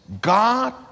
God